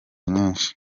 nyinshi